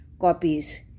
copies